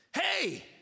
hey